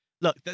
Look